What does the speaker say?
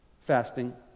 fasting